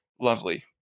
lovely